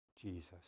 Jesus